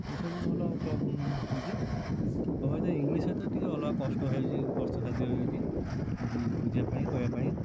ଏସବୁ ଭଲ ହେଉଛି ଆଉ ତମେ ଯଦି ଇଙ୍ଗଲିଶ୍ ସହିତ ଅଲଗା କଷ୍ଟ ହେଉଛି କଷ୍ଟସାଧ୍ୟ ହେଉଛି ବୁଝିବା ପାଇଁ କହିବା ପାଇଁ